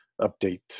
update